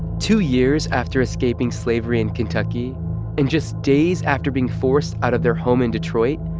two years after escaping slavery in kentucky and just days after being forced out of their home in detroit,